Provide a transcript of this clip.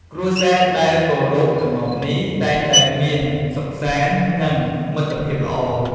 គ្រួសារដែលគោរពទម្លាប់នេះ តែងតែមានសុខសាន្ត និងមិត្តភាពល្អ។